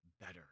better